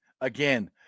again